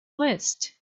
list